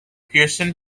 pearson